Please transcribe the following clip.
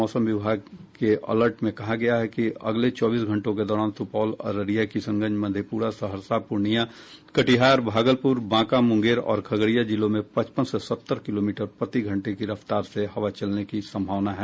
मौसम विभाग के अलर्ट में कहा गया है कि अगले चौबीस घंटों के दौरान सुपौल अररिया किशनगंज मधेपुरा सहरसा पूर्णिया कटिहार भागलपुर बांका मुंगेर और खगड़िया जिले में पचपन से सत्तर किलोमीटर प्रतिघंटा की रफ्तार से हवा चलने की संभावना है